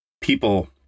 people